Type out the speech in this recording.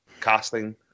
casting